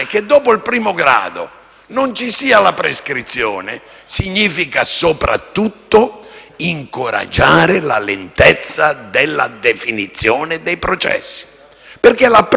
non ci sia la prescrizione significa soprattutto incoraggiare la lentezza della definizione dei processi, perché la prima ragione